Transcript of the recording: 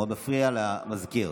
זה מאוד מפריע למזכיר.